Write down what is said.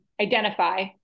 identify